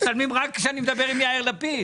מצלמים רק כשאני מדבר עם יאיר לפיד.